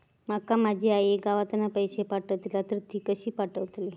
माका माझी आई गावातना पैसे पाठवतीला तर ती कशी पाठवतली?